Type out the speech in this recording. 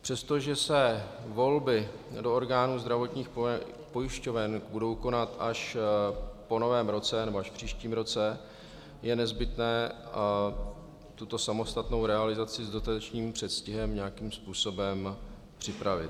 Přestože se volby do orgánů zdravotních pojišťoven budou konat až po Novém roce, nebo až příštím roce, je nezbytné tuto samostatnou realizaci s dostatečným předstihem nějakým způsobem připravit.